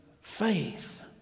faith